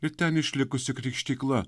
ir ten išlikusi krikštykla